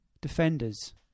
defenders